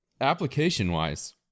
Application-wise